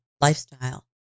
lifestyle